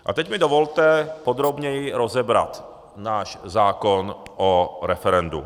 A teď mi dovolte podrobněji rozebrat náš zákon o referendu.